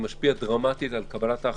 משפיע דרמטית על קבלת ההחלטות,